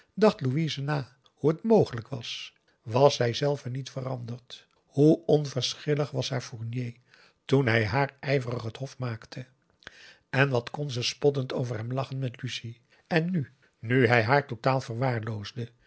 dacht louise na hoe het mogelijk was was zijzelve niet veranderd hoe onverschillig was haar fournier toen hij haar ijverig het hof maakte en wat kon ze spottend over hem lachen met lucie en nu nu hij haar totaal verwaarloosde